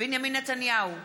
בנימין נתניהו,